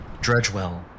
Dredgewell